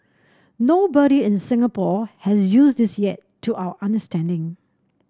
nobody in Singapore has used this yet to our understanding